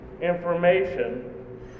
information